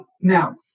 Now